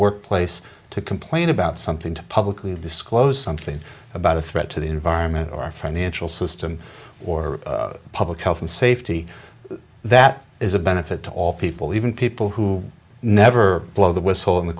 work place to complain about something to publicly disclose something about a threat to the environment or financial system or public health and safety that is a benefit to all people even people who never blow the whistle in the